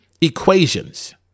equations